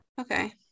Okay